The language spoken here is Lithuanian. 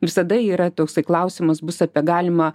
visada yra toksai klausimas bus apie galimą